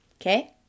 Okay